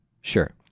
Sure